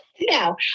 Now